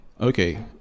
Okay